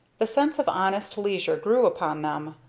the sense of honest leisure grew upon them,